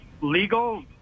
legal